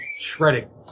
Shredding